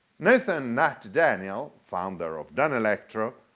nathan nat daniel, founder of danelectro,